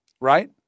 right